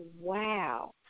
wow